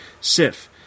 Sif